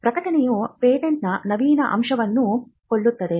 ಪ್ರಕಟಣೆಯು ಪೇಟೆಂಟ್ನ ನವೀನ ಅಂಶವನ್ನು ಕೊಲ್ಲುತ್ತದೆ